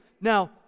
Now